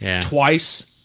twice